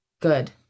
Good